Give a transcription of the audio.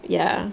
ya